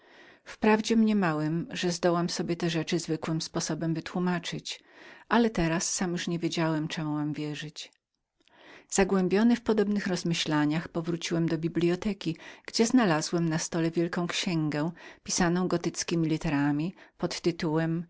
wprawdzie mniemałem że zdołam sobie te rzeczy zwykłym sposobem wytłumaczyć ale teraz sam już niewiem czemu mam wierzyć zagłębiony w podobnych uwagach zwróciłem do biblioteki gdzie znalazłem na stole wielką księgę pisaną gockiemi literami pod tytułem